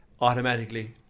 Automatically